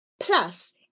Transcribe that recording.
Plus